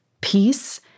peace